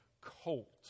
colt